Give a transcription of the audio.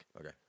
Okay